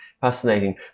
fascinating